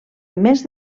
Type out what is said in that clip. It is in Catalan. més